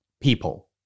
people